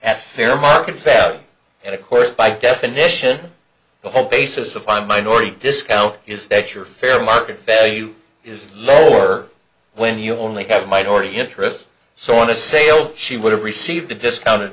at fair market value and of course by definition the whole basis of my minority discount is that your fair market value is lower when you only have a minority interest so on a sale she would have received a discounted